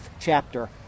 chapter